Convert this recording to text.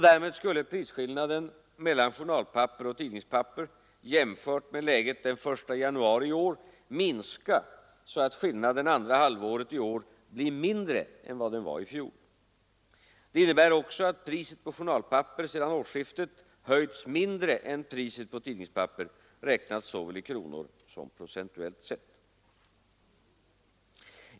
Därmed skulle prisskillnaden mellan journalpapper och tidningspapper jämfört med läget den 1 januari i år minska så att skillnaden andra halvåret i år blir mindre än vad den var i fjol. Det innebär också att priset på journalpapper sedan årsskiftet höjts mindre än priset på tidningspapper, räknat såväl i kronor som procentuellt sett.